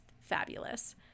fabulous